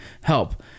help